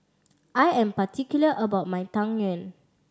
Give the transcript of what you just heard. I am particular about my Tang Yuen